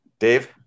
Dave